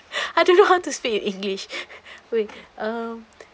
I don't know how to speak in english wait um